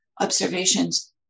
observations